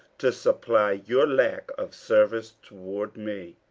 to supply your lack of service toward me.